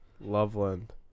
Loveland